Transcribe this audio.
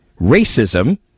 racism